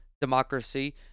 democracy